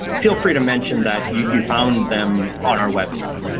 feel free to mention that you found them on our website.